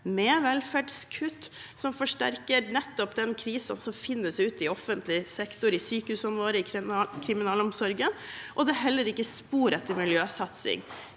med velferdskutt som forsterker nettopp den krisen som finnes ute i offentlig sektor – i sykehusene våre, i kriminalomsorgen. Det er heller ikke spor etter miljøsatsing